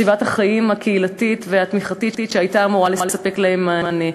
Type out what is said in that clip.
בסביבת החיים הקהילתית והתומכת שהייתה אמורה לספק להם מענה.